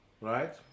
Right